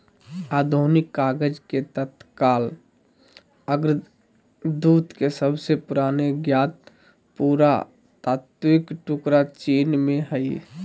आधुनिक कागज के तत्काल अग्रदूत के सबसे पुराने ज्ञात पुरातात्विक टुकड़ा चीन में हइ